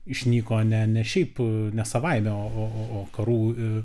išnyko ne ne šiaip ne savaime o o o karų ir